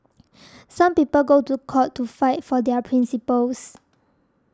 some people go to court to fight for their principles